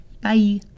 Bye